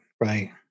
right